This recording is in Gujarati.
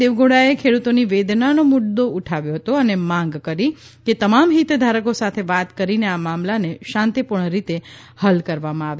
દેવેગૌડાએ ખેડૂતોની વેદનાનો મુદ્દો ઉઠાવ્યો હતો અને માંગ કરી કે તમામ હિતધારકો સાથે વાત કરીને આ મામલાને શાંતિપૂર્ણ રીતે હલ કરવામાં આવે